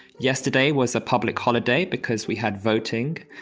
yesterday was a public holiday because we had voting.